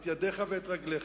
את ידיך ואת רגליך,